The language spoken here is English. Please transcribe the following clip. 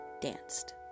danced